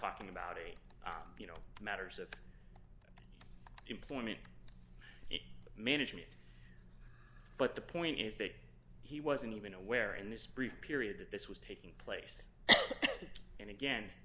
talking about a you know matters of employment management but the point is that he wasn't even aware in this brief period that this was taking place and again